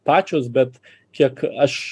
pačios bet kiek aš